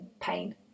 pain